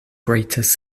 greatest